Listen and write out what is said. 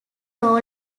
tall